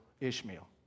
Ishmael